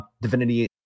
divinity